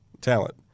talent